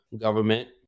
government